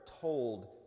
told